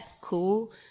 cool